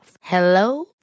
Hello